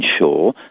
ensure